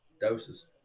Doses